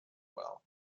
well